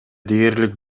дээрлик